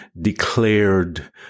declared